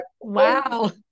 Wow